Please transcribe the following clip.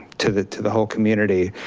to the to the whole community.